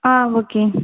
ஆ okay